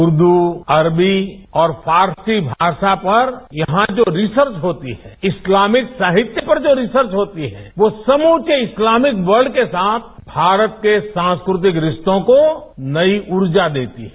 उर्दू अरबी और फारसी भाषा पर यहां जो रिसर्व होती है इस्लामिक साहित्यक पर जो रिसर्च होती है वो समूचे इस्लामिक वर्ल्फ के साथ भारत के सांस्कृतिक रिश्तों को नई ऊर्जा देती है